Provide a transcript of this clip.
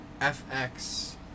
FX